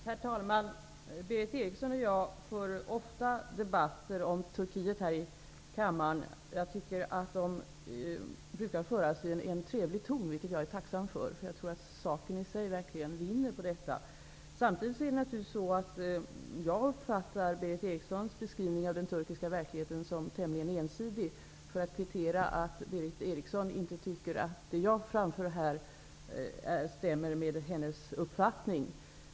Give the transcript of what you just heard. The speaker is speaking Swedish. Herr talman! Berith Eriksson och jag för ofta debatter om Turkiet här i kammaren. Debatterna brukar föras i en trevlig ton, vilket jag har varit tacksam för, och jag tror att saken i sig vinner på detta. Jag uppfattar Berith Erikssons beskrivning av den turkiska verkligheten som tämligen ensidig. Jag säger det för att kvittera Berith Erikssons utsaga att det jag framför här inte stämmer med hennes uppfattning.